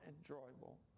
enjoyable